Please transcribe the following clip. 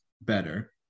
better